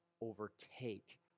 overtake